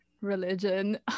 religion